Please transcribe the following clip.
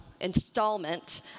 installment